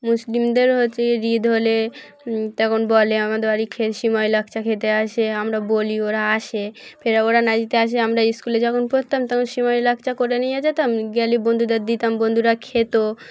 মুসলিমদেরও হচ্ছে ঈদ হলে তখন বলে আমাদের বাড়ি খেয়ে সিমাই লাচ্চা খেয়ে যাস আমরা বলি ওরা আসে ফেরা ওরা না যদি আসে আমরা স্কুলে যখন পড়তাম তখন সিমাই লাচ্চা করে নিয়ে যেতাম গেলে বন্ধুদের দিতাম বন্ধুরা খেতো